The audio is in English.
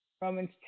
Romans